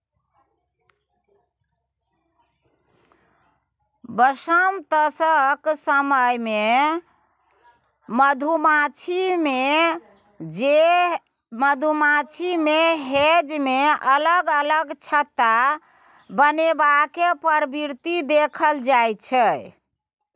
बसंमतसक समय मे मधुमाछी मे हेंज मे अलग अलग छत्ता बनेबाक प्रवृति देखल जाइ छै